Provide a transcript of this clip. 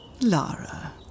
Lara